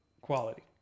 quality